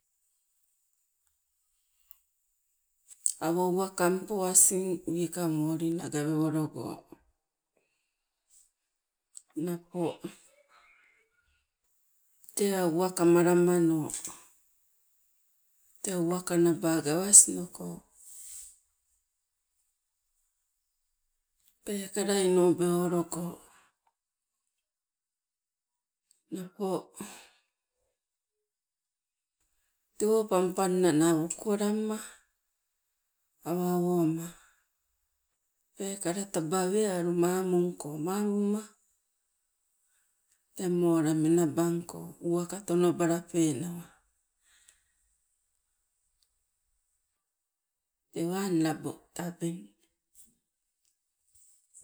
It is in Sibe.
Awo uwakangpo asing wikang wolina gawewologo, napo tee aa uwakamalamano tee uwaka naba gawasnoko, peekala inobewologo. Napo tewo pang panna naa wokuwalamma awa owama peekala taba wealu mamungko, mamumma tee moola menabangko uwaka tonobalapewa. Tewang labo tabeng.